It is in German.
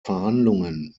verhandlungen